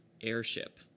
airship